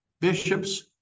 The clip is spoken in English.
bishops